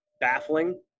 baffling